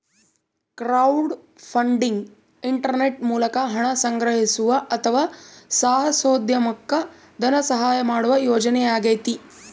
crowdfunding internet ಮೂಲಕ ಹಣ ಸಂಗ್ರಹಿಸುವ ಅಥವಾ ಸಾಹಸೋದ್ಯಮುಕ್ಕ ಧನಸಹಾಯ ಮಾಡುವ ಯೋಜನೆಯಾಗೈತಿ